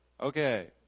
Okay